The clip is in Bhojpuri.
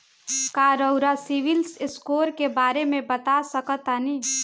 का रउआ सिबिल स्कोर के बारे में बता सकतानी?